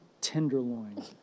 tenderloin